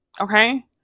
okay